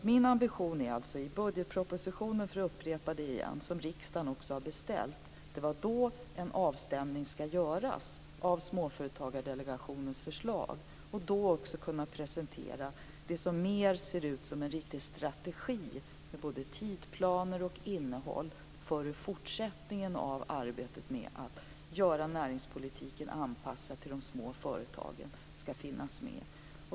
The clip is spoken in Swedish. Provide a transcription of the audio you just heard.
Min ambition är alltså att i budgetpropositionen presentera en avstämning av Småföretagsdelegationens förslag, som riksdagen har beställt. Vi skall också kunna presentera det som mer ser ut som en riktig strategi, med både tidsplaner och innehåll när det gäller fortsättningen på arbetet med att göra näringspolitiken anpassad till de små företagen.